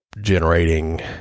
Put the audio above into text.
generating